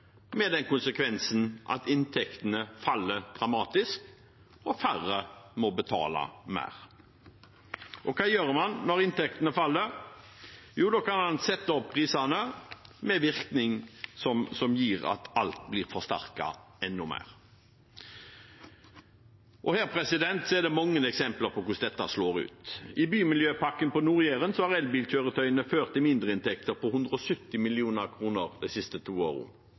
med den konsekvensen at inntektene faller dramatisk, og færre må betale mer. Hva gjør man når inntektene faller? Jo, da kan man sette opp prisene, med den virkningen at alt blir forsterket enda mer. Det er mange eksempler på hvordan dette slår ut. I bymiljøpakken på Nord-Jæren har elkjøretøyene ført til mindreinntekter på 170 mill. kr de siste to